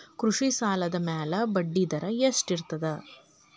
ಕೃಷಿ ಸಾಲದ ಮ್ಯಾಲೆ ಬಡ್ಡಿದರಾ ಎಷ್ಟ ಇರ್ತದ?